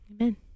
amen